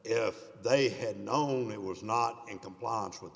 if they had known it was not in compliance with